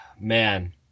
man